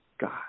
God